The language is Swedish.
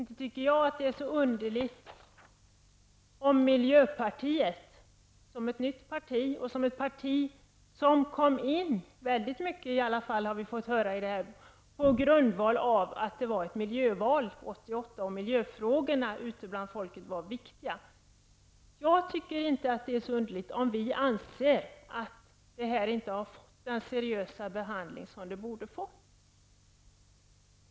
Herr talman! Miljöpartiet är ett nytt parti och kom in i riksdagen på grundval av att valet 1988 var ett miljöval och att miljöfrågorna bland folket ansågs vara viktiga. Jag tycker inte att det är så underligt om vi i miljöpartiet anser att detta inte har fått den seriösa behandling som det borde ha fått.